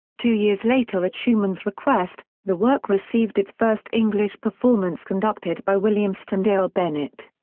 two years later at schumann's request, the work received its first english performance conducted by william sterndale bennett.